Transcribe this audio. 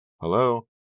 Hello